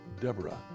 Deborah